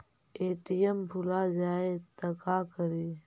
ATM भुला जाये त का करि?